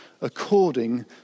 according